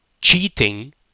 cheating